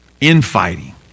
infighting